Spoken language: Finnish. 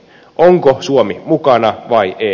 onko suomi mukana vai ei